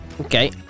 Okay